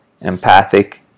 empathic